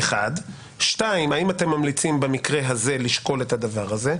זה דבר אחד.